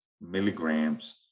milligrams